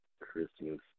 Christmas